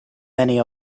many